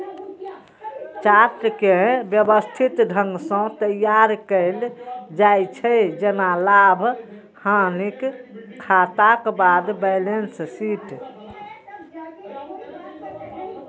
chart कें व्यवस्थित ढंग सं तैयार कैल जाइ छै, जेना लाभ, हानिक खाताक बाद बैलेंस शीट